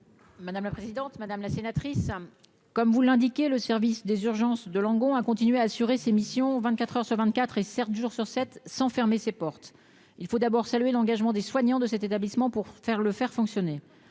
Madame la présidente, madame la sénatrice, comme vous l'indiquez, le service des urgences de Langon à continuer à assurer ses missions 24 heures sur 24 et certains jours sur sept cents, fermer ses portes, il faut d'abord saluer l'engagement des soignants de cet établissement, pour faire le faire fonctionner